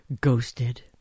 Ghosted